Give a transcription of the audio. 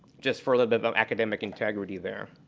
just for a little bit of of academic integrity there.